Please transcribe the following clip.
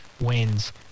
wins